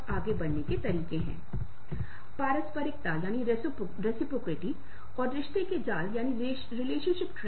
उन्हें अलग नहीं किया जा सकता है उन्हें एकीकृत किया जा सकता है